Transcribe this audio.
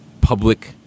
public